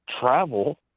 travel